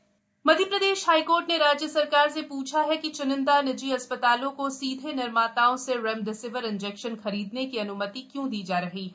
high court सुनवाई मप्र high court ने राज्य सरकार से पूछा है कि च्निंदा निजी अस्पतालों को सीधे निर्माताओं से रेमडेसिविर इंजेक्शन खरीदने की अनुमति क्यों दी जा रही है